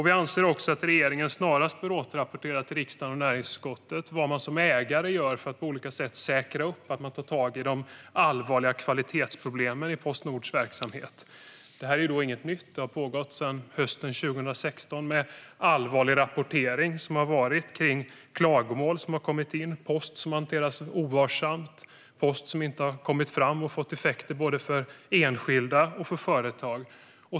Vi anser att regeringen snarast bör återrapportera till riksdagen och näringsutskottet vad man som ägare gör för att på olika sätt säkerställa att man tar tag i de allvarliga kvalitetsproblemen i Postnords verksamhet. Det här är inget nytt; det har pågått sedan hösten 2016 med rapportering om allvarliga problem och klagomål - post som hanterats ovarsamt och post som inte kommit fram, vilket fått effekter för både enskilda och företag.